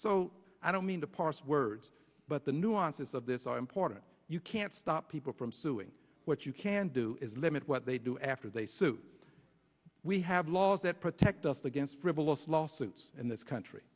so i don't mean to parse words but the nuances of this are important you can't stop people from what you can do is limit what they do after they sued we have laws that protect us against frivolous lawsuits in this country